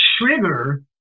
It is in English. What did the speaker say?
trigger